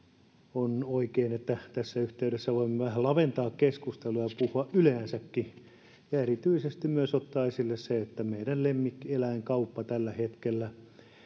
on oikein että tässä yhteydessä voimme vähän laventaa keskustelua ja puhua yleensäkin ja erityisesti ottaa esille myös meidän lemmikkieläinkauppamme tällä hetkellä